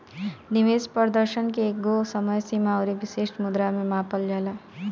निवेश प्रदर्शन के एकगो समय सीमा अउरी विशिष्ट मुद्रा में मापल जाला